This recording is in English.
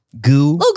goo